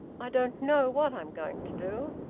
i don't know what i'm going to do.